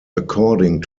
according